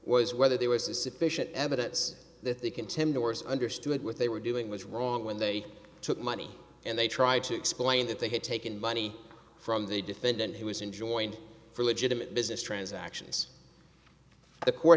was whether there was a sufficient evidence that the contenders understood what they were doing was wrong when they took money and they tried to explain that they had taken money from the defendant who was enjoined for legitimate business transactions the court